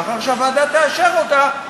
לאחר שהוועדה תאשר אותה,